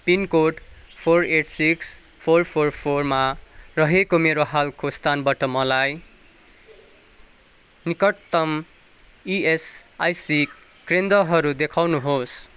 pin code four eight six four four फोरमा रहेको मेरो हालको स्थानबट मलाई निकटतम इएसआइसी क्रेन्दहरू देखाउनुहोस्